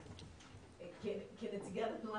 לשמוע שאתה מתכוון להרחיב את היריעה ולנצל את הוועדה